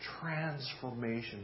transformation